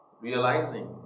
Realizing